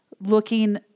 looking